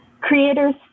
creators